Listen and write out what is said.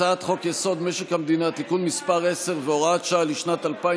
חוק-יסוד: משק המדינה (תיקון מס' 10 והוראת שעה לשנת 2020)